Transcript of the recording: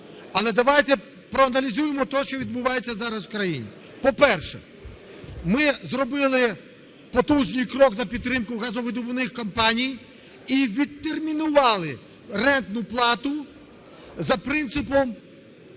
але давайте проаналізуємо те, що відбувається зараз в країні. По-перше, ми зробили потужній крок на підтримку газовидобувних компаній і відтермінували рентну плату за принципом